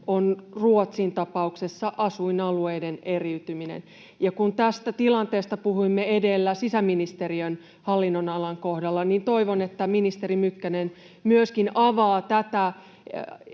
on Ruotsin tapauksessa asuinalueiden eriytyminen. Ja kun tästä tilanteesta puhuimme edellä sisäministeriön hallinnonalan kohdalla, niin toivon, että ministeri Mykkänen myöskin avaa tätä